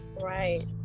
Right